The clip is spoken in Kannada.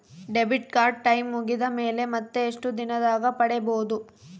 ಡೆಬಿಟ್ ಕಾರ್ಡ್ ಟೈಂ ಮುಗಿದ ಮೇಲೆ ಮತ್ತೆ ಎಷ್ಟು ದಿನದಾಗ ಪಡೇಬೋದು?